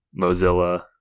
Mozilla